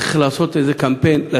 צריך לצאת בקמפיין